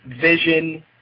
Vision